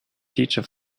future